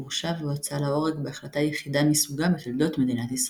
הורשע והוצא להורג בהחלטה יחידה מסוגה בתולדות מדינת ישראל.